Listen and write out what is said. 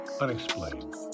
unexplained